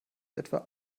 etwa